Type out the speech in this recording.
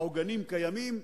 העוגנים קיימים,